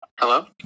Hello